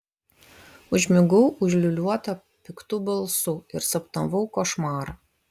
užmigau užliūliuota piktų balsų ir sapnavau košmarą